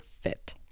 fit